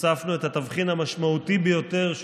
הוספנו את התבחין המשמעותי ביותר,